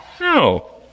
No